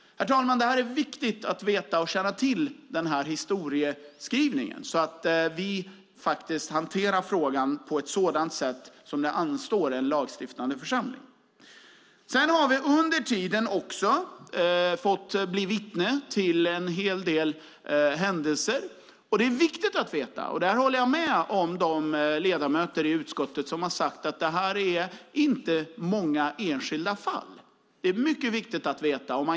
Herr talman! Det är viktigt att känna till den här historieskrivningen så att vi hanterar frågan på ett sätt som det anstår en lagstiftande församling. Vi har under tiden blivit vittne till en hel del händelser. Det är bra att veta - där håller jag med de ledamöter i utskottet som har sagt det - att det inte är många enskilda fall.